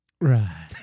right